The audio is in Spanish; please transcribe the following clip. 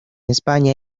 españa